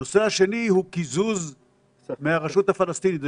הנושא השני הוא קיזוז מהרשות הפלסטינית.